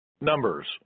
Numbers